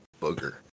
booger